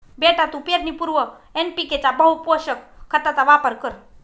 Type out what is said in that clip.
बेटा तू पेरणीपूर्वी एन.पी.के च्या बहुपोषक खताचा वापर कर